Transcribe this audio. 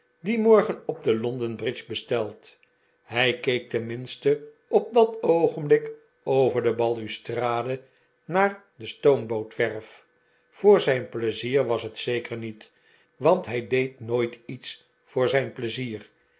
dien morgen op de london-bridge besteld hij keek tenminste op dat oogenblik over de balustrade naar de stoombootwerf voor zijn pleizier was het zeker niet want hij deed nooit iets voor zijn pleizier